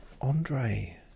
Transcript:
Andre